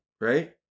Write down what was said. right